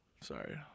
Sorry